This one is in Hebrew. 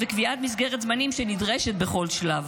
וקביעת מסגרת זמנים שנדרשת בכל שלב.